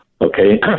Okay